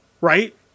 right